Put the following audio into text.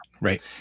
Right